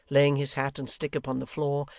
laying his hat and stick upon the floor,